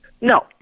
No